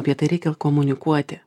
apie tai reikia komunikuoti